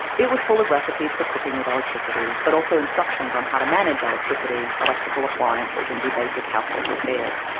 it was full of recipes for cooking with electricity, but also instructions on how to manage electricity, electrical appliances and do basic household repairs.